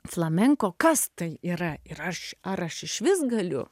flamenko kas tai yra ir aš ar aš išvis galiu